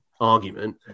argument